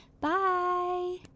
bye